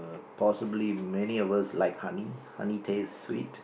possibly many of us like honey honey tastes sweet